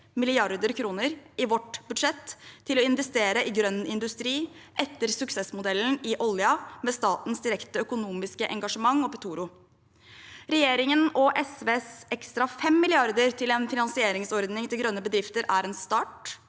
mrd. kr i vårt budsjett til å investere i grønn industri – etter suksessmodellen for oljen med statens direkte økonomiske engasjement og Petoro. Regjeringen og SVs ekstra 5 mrd. kr til en finansieringsordning til grønne bedrifter er en start,